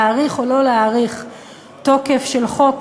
להאריך או לא להאריך תוקף של חוק,